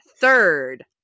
third